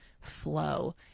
flow